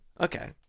Okay